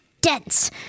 dense